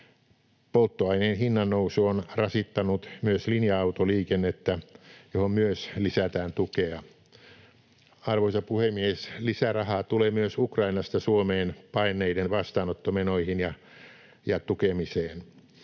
Polttoaineiden hinnannousu on rasittanut myös linja-autoliikennettä, johon myös lisätään tukea. Arvoisa puhemies! Lisärahaa tulee myös Ukrainasta Suomeen paenneiden vastaanottomenoihin ja tukemiseen.